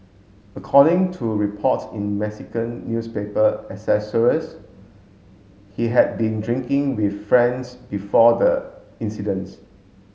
according to reports in Mexican newspaper he had been drinking with friends before the incidents